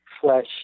flesh